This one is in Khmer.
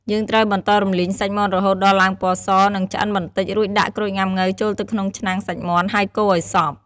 យើងត្រូវបន្តរំលីងសាច់មាន់រហូតដល់ឡើងពណ៌ស និងឆ្អិនបន្តិច រួចដាក់ក្រូចងាំង៉ូវចូលទៅក្នុងឆ្នាំងសាច់មាន់ ហើយកូរឲ្យសព្វ។